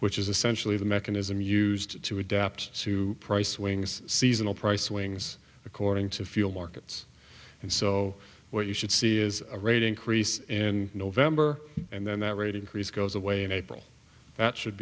which is essentially the mechanism used to adapt to price wings seasonal price wings according to fuel markets and so what you should see is a rate increase in november and then that rate increase goes away in april that should